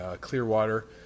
Clearwater